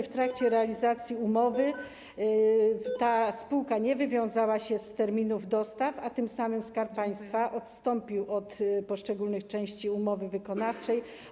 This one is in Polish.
W trakcie realizacji umowy ta spółka nie wywiązała się z terminów dostaw, a tym samym Skarb Państwa odstąpił od poszczególnych części umowy wykonawczej.